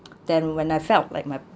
then when I felt like my